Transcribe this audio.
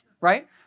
right